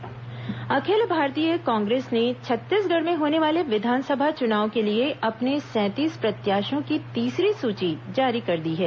कांग्रेस जकांछ सूची अखिल भारतीय कांग्रेस ने छत्तीसगढ़ में होने वाले विधानसभा चुनाव के लिए अपने सैंतीस प्रत्याशियों की तीसरी सूची जारी कर दी है